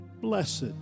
blessed